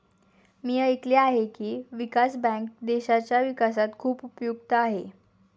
मी ऐकले आहे की, विकास बँक देशाच्या विकासात खूप उपयुक्त आहे